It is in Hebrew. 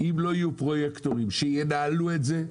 אם לא יהיו פרויקטים שינהלו את זה,